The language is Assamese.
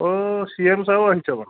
অঁ চি এম ছাৰও আহিছে মানে